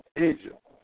Egypt